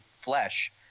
flesh